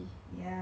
for me